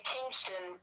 Kingston